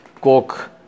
coke